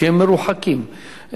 שהם מרוחקים,